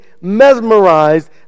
mesmerized